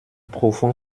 profond